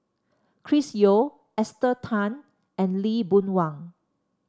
Chris Yeo Esther Tan and Lee Boon Wang